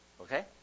Okay